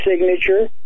signature